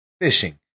fishing